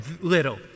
little